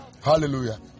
Hallelujah